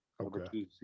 Okay